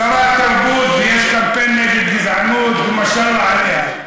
שרת תרבות, יש לה פה נגד גזענות, משאללה עליה.